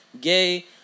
gay